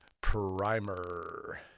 Primer